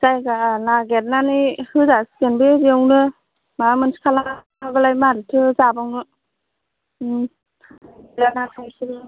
जायगा नागिरनानै होजासिगोन बे बेयावनो माबा मोनसे खालामाबालाय मारैथो जाबावनो लामा खाथियाव